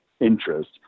interest